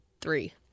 three